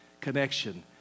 connection